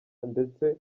ndetse